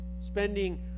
Spending